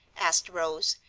asked rose,